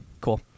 Cool